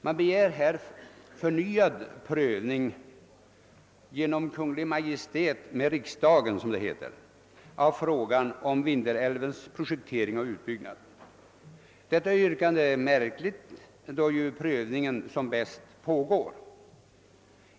Man begär här förnyad prövning »genom Kungl. Maj:t med riksdagen» av frågan om Vindelälvens projektering och utbyggnad. Detta yrkande är märkligt, då ju prövningen som bäst pågår.